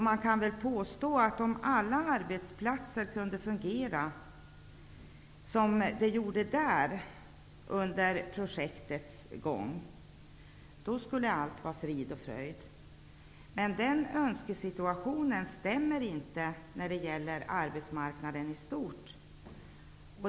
Man kan väl påstå att om alla arbetsplatser kunde fungera som Hammarstedts under projektet, skulle allt vara frid och fröjd. Men den önskesituationen gäller inte arbetsmarknaden i stort.